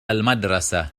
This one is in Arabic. المدرسة